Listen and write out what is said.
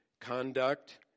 conduct